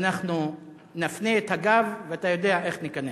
אנחנו נפנה את הגב, ואתה יודע איך ניכנס.